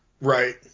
right